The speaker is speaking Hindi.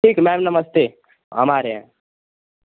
ठीक मैम नमस्ते हम आ रहे हैं